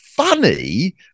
Funny